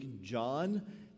John